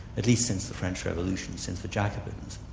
at least since the french revolution, since the jacobins,